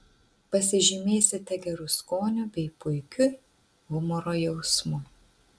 pasižymėsite geru skoniu bei puikiu humoro jausmu